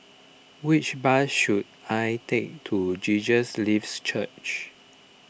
which bus should I take to Jesus Lives Church